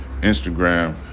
Instagram